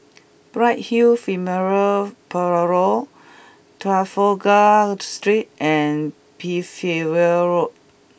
Bright Hill Funeral Parlour Trafalgar Street and Percival Road